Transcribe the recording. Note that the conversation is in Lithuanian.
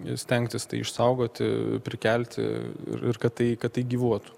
ir stengtis išsaugoti prikelti ir ir kad tai kad tai gyvuotų